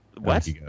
West